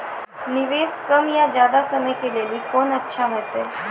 निवेश कम या ज्यादा समय के लेली कोंन अच्छा होइतै?